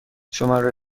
شماره